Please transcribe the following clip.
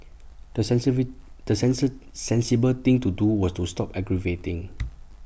the sensibly the sensor sensible thing to do was to stop aggravating